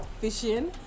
fishing